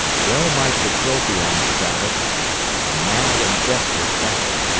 well might de trobriand style it a mad and desperate battle.